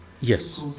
Yes